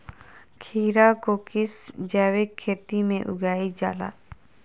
खीरा को किस जैविक खेती में उगाई जाला?